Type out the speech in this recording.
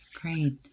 Great